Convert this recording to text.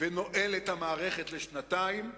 ונועל את המערכת לשנתיים,